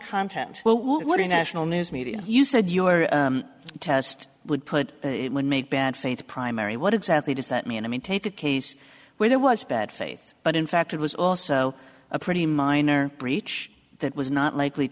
content well what are the national news media you said your test would put it would make bad faith primary what exactly does that mean i mean take a case where there was bad faith but in fact it was also a pretty minor breach that was not likely